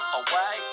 away